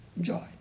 joy